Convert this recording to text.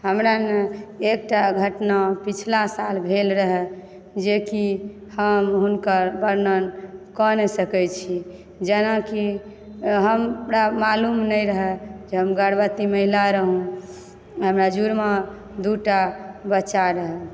हमरा एकटा घटना पिछला साल भेल रहय जेकि हम हुनकर वर्णन कऽ नहि सकै छी जेनाकि हमरा मालुम नहि रहय जे हम गर्भवती महिला रहुॅं हमरा जुड़वाॅं दुटा बच्चा रहय